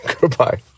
Goodbye